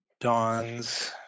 dawns